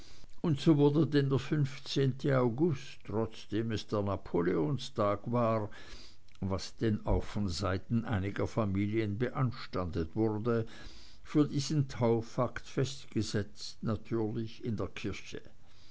und so wurde denn der august trotzdem es der napoleonstag war was denn auch von seiten einiger familien beanstandet wurde für diesen taufakt festgesetzt natürlich in der kirche